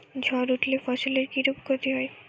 ঝড় উঠলে ফসলের কিরূপ ক্ষতি হয়?